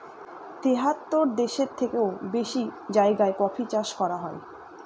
তেহাত্তর দেশের থেকেও বেশি জায়গায় কফি চাষ করা হয়